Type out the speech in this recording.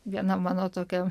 viena mano tokia